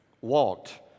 walked